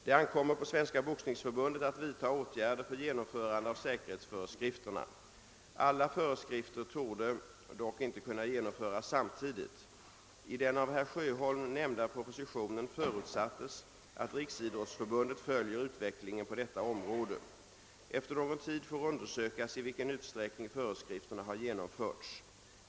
Det ankommer på Svenska boxningsförbundet att vidta åtgärder för genomförande av säkerhetsföreskrifterna. Alla föreskrifter torde dock inte kunna genomföras samtidigt. I den av herr Sjöholm nämnda propositionen förutsattes att Riksidrottsförbundet följer utvecklingen på detta område. Efter någon tid får undersökas i vilken utsträckning föreskrifterna har genomförts.